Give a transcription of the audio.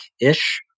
ish